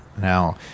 Now